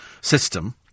system